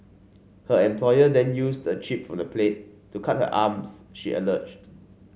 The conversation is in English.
her employer then used a chip from the plate to cut her arms she alleged